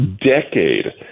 decade